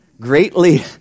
greatly